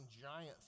giant